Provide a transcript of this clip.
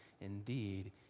Indeed